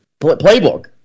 playbook